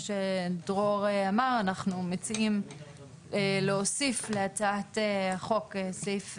שדרור אמר אנחנו מציעים להוסיף להצעת החוק סעיף,